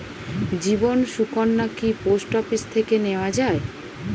জীবন সুকন্যা কি post office থেকে নেওয়া যায়?